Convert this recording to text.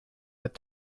with